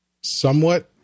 somewhat